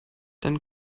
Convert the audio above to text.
dann